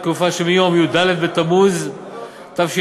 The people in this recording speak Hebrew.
לתקופה שמיום י"ד בתמוז התשע"ה,